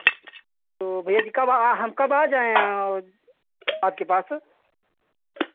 तो भैया जी हम कब आ जाएँ और आपके पास